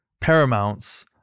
paramounts